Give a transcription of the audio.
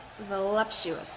voluptuous